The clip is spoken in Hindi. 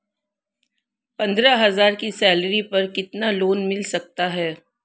पंद्रह हज़ार की सैलरी पर कितना लोन मिल सकता है?